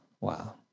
wow